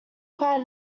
quite